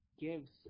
gives